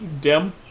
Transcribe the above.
dim